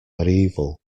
medieval